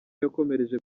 yakomereje